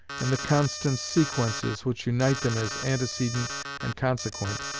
and the constant sequences which unite them as antecedent and consequent,